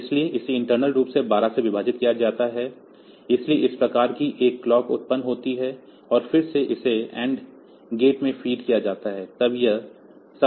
इसलिए इसे इंटर्नल रूप से 12 से विभाजित किया जाता है इसलिए इस प्रकार की एक क्लॉक उत्पन्न होती है और फिर इसे ऐंड गेट्स में फीड किया जाता है यह सब तार्किक है